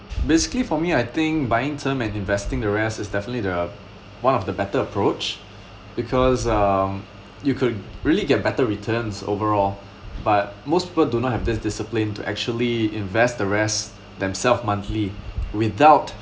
basically for me I think buying term and investing the rest is definitely the one of the better approach because um you could really get better returns overall but most people do not have this discipline to actually invest the rest themselves monthly without